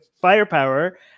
firepower